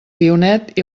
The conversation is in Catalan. guionet